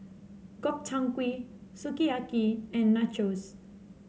Gobchang Gui Sukiyaki and Nachos